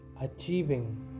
achieving